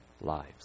lives